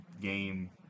game